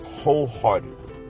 wholeheartedly